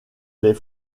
les